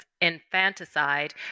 infanticide